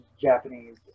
japanese